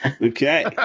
okay